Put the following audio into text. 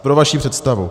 Pro vaši představu.